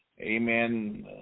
Amen